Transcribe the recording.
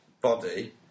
body